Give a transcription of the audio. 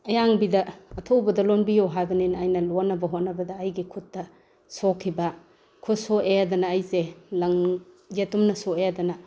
ꯑꯌꯥꯡꯕꯤꯗ ꯑꯊꯨꯕꯗ ꯂꯣꯟꯕꯤꯌꯨ ꯍꯥꯏꯕꯅꯤꯅ ꯑꯩꯅ ꯂꯣꯟꯅꯕ ꯍꯣꯠꯅꯕꯗ ꯑꯩꯒꯤ ꯈꯨꯠꯇ ꯁꯣꯛꯈꯤꯕ ꯈꯨꯠ ꯁꯣꯛꯑꯦꯗꯅ ꯑꯩꯁꯦ ꯂꯪ ꯌꯦꯇꯨꯝꯅ ꯁꯣꯛꯑꯦꯗꯅ